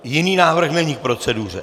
Jiný návrh není k proceduře?